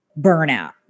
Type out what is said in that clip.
burnout